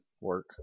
work